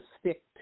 stick